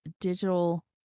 digital